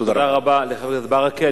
תודה רבה לחבר הכנסת ברכה.